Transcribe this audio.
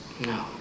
No